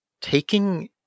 taking